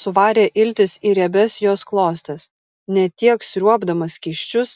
suvarė iltis į riebias jos klostes ne tiek sriuobdamas skysčius